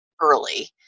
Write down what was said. early